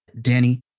Danny